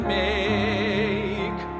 make